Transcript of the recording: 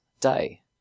day